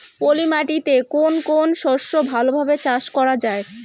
পলি মাটিতে কোন কোন শস্য ভালোভাবে চাষ করা য়ায়?